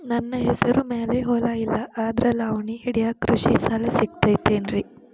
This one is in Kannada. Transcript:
ನನ್ನ ಹೆಸರು ಮ್ಯಾಲೆ ಹೊಲಾ ಇಲ್ಲ ಆದ್ರ ಲಾವಣಿ ಹಿಡಿಯಾಕ್ ಕೃಷಿ ಸಾಲಾ ಸಿಗತೈತಿ ಏನ್ರಿ?